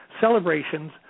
celebrations